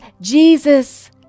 Jesus